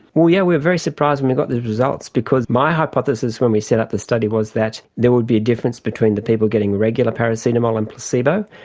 we yeah were very surprised when we got these results because my hypothesis when we set up the study was that there would be a difference between the people getting regular paracetamol and placebo,